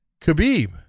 Khabib